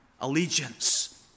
allegiance